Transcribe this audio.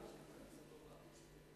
הרווחה והבריאות נתקבלה.